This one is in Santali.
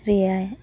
ᱨᱮᱭᱟᱭ